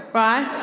right